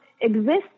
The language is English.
exist